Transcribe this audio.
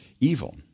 evil